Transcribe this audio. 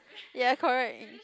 ya correct